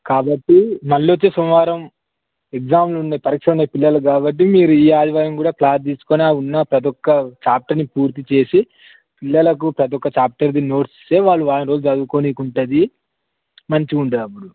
కాబట్టి మళ్ళీ వచ్చే సోమవారం ఎక్సామ్లు ఉన్నాయి పరీక్షలు ఉన్నాయి పిల్లలకు కాబట్టి మీరు ఈ ఆదివారం కూడా క్లాస్ తీసుకుని ఉన్న ప్రతీ ఒక్క చాప్టర్ని పూర్తి చేసి పిల్లలకు ప్రతీ ఒక్క చాప్టర్ది నోట్స్ ఇస్తే వాళ్ళకి వారం రోజులు చదువుకోవడానికి ఉంటుంది మంచిగా ఉంటుంది అప్పుడు